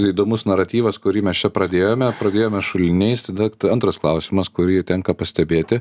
įdomus naratyvas kurį mes čia pradėjome pradėjome šuliniais tada antras klausimas kurį tenka pastebėti